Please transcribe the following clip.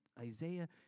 Isaiah